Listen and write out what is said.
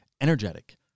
energetic